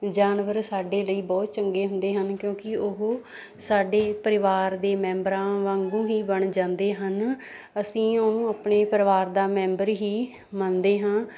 ਜਾਨਵਰ ਸਾਡੇ ਲਈ ਬਹੁਤ ਚੰਗੇ ਹੁੰਦੇ ਹਨ ਕਿਉਂਕਿ ਉਹ ਸਾਡੇ ਪਰਿਵਾਰ ਦੇ ਮੈਂਬਰਾਂ ਵਾਂਗੂੰ ਹੀ ਬਣ ਜਾਂਦੇ ਹਨ ਅਸੀਂ ਉਹ ਆਪਣੇ ਪਰਿਵਾਰ ਦਾ ਮੈਂਬਰ ਹੀ ਮੰਨਦੇ ਹਾਂ